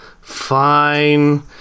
fine